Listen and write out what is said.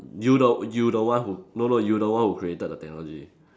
you the one you the one who no no you the one who created the the technology